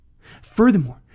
Furthermore